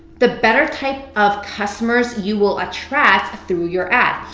the better type of customers you will attract through your ad.